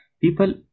people